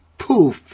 poof